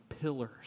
pillars